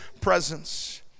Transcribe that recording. presence